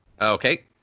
Okay